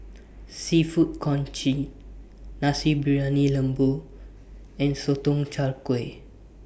Seafood Congee Nasi Briyani Lembu and Sotong Char Kway